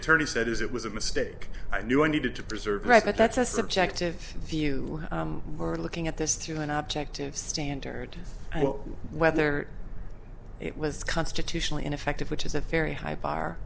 attorney said is it was a mistake i knew i needed to preserve right but that's a subjective view or looking at this through an objective standard whether it was constitutionally ineffective which is a very high bar